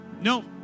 No